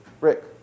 Rick